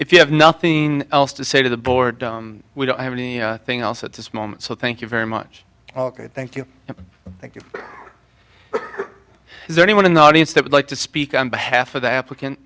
if you have nothing else to say to the board we don't have any thing else at this moment so thank you very much ok thank you and thank you is there anyone in the audience that would like to speak on behalf of the applicant